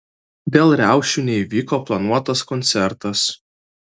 dėl riaušių neįvyko planuotas koncertas